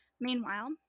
Meanwhile